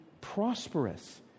prosperous